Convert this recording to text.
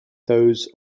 those